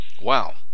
Wow